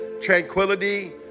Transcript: tranquility